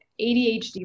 ADHD